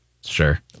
Sure